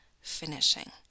finishing